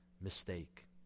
mistake